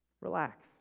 Relax